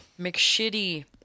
McShitty